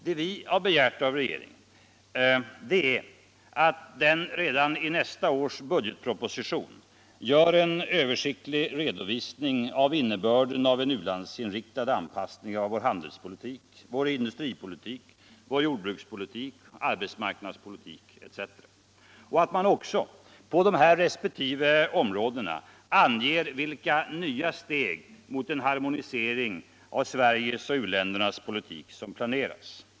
Vad vi begär av regeringen är att den redan i nästa års budgetproposition gör en Översiktlig redovisning av innebörden av en u-landsinriktad anpassning av vår handelspolitik. industripotiuk, jordbrukspolitik, arbetsmarknadspolitik etc. och att man också på respektive områden anger vilka nya steg mot en harmonisering av Sveriges och u-ländernas politik som planeras.